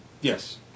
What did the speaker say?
Yes